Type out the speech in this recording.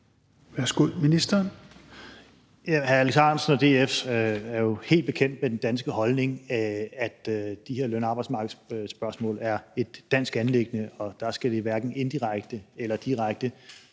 (Jeppe Kofod): Hr. Alex Ahrendtsen og DF er jo helt bekendt med den danske holdning, nemlig at de her løn- og arbejdsmarkedsspørgsmål er et dansk anliggende, og det skal hverken indirekte eller direkte